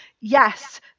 Yes